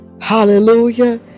hallelujah